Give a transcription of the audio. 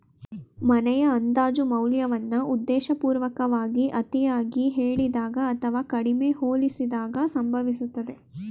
ಮನೆಯ ಅಂದಾಜು ಮೌಲ್ಯವನ್ನ ಉದ್ದೇಶಪೂರ್ವಕವಾಗಿ ಅತಿಯಾಗಿ ಹೇಳಿದಾಗ ಅಥವಾ ಕಡಿಮೆ ಹೋಲಿಸಿದಾಗ ಸಂಭವಿಸುತ್ತದೆ